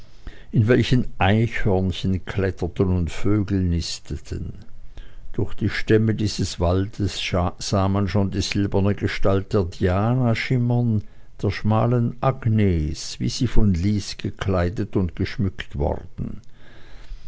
in welchen eichhörnchen kletterten und vögel nisteten durch die stämme dieses waldes sah man schon die silberne gestalt der diana schimmern der schmalen agnes wie sie von lys gekleidet und geschmückt worden